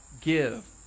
give